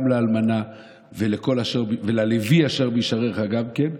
גם לאלמנה וללוי אשר בשעריך גם כן.